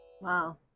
Wow